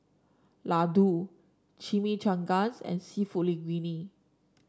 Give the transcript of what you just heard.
Ladoo Chimichangas and seafood Linguine